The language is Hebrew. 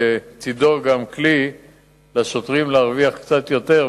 בצדו גם כלי לשוטרים להרוויח קצת יותר,